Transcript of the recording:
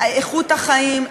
איכות החיים,